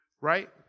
right